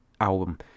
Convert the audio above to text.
album